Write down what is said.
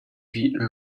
heavy